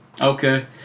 Okay